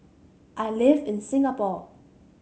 I live in Singapore